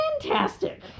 Fantastic